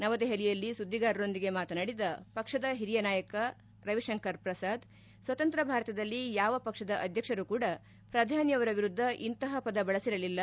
ನವದೆಪಲಿಯಲ್ಲಿ ಸುದ್ದಿಗಾರರೊಂದಿಗೆ ಮಾತನಾಡಿದ ಪಕ್ಷದ ಹಿರಿಯ ನಾಯಕ ಸಚಿವ ರವಿಶಂಕರ್ ಪ್ರಸಾದ್ ಸ್ವತಂತ್ರ್ಯ ಭಾರತದಲ್ಲಿ ಯಾವ ಪಕ್ಷದ ಅಧ್ಯಕ್ಷರೂ ಕೂಡ ಪ್ರಧಾನಿ ಅವರ ವಿರುದ್ಧ ಇಂತಹ ಪದ ಬಳಸಿರಲಿಲ್ಲ